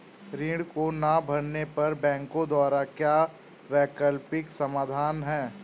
ऋण को ना भरने पर बैंकों द्वारा क्या वैकल्पिक समाधान हैं?